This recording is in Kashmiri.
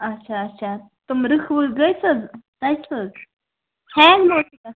اچھا اچھا تِم رٕکھٕ وٕکھٕ گٔے سا حظ ژَجہِ سا حظ ہینٛگ مہٕ حظ چھُ گژھان